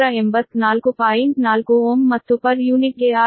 4 Ω ಮತ್ತು per unit ಗೆ Rparallel 384